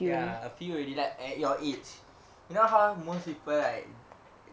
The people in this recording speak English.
ya a few already like at your age you know how most people right